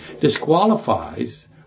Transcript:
Disqualifies